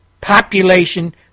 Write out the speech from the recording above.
population